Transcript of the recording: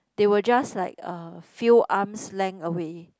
they will just like uh few arms length away